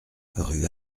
rue